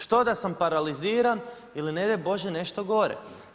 Što da sam paraliziran ili ne daj Bože nešto gore?